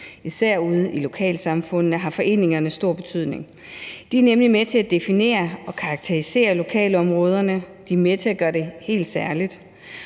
Især ude i lokalsamfundene har foreningerne stor betydning. De er nemlig med til at definere og karakterisere lokalområderne; de er med til at gøre dem til noget helt særligt.